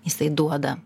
jisai duoda